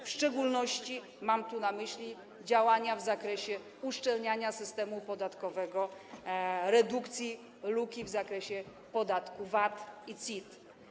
W szczególności mam na myśli działania dotyczące uszczelniania systemu podatkowego, redukcji luki w zakresie podatku VAT i CIT.